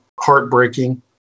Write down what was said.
heartbreaking